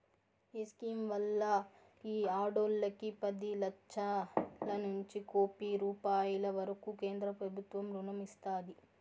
ఈ స్కీమ్ వల్ల ఈ ఆడోల్లకి పది లచ్చలనుంచి కోపి రూపాయిల వరకూ కేంద్రబుత్వం రుణం ఇస్తాది